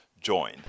join